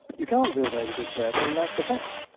you can't do away with the observer and that's a fact.